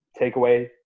takeaway